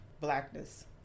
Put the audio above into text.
blackness